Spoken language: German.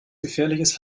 gefährliches